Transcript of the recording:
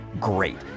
Great